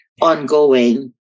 ongoing